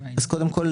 קודם כול,